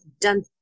done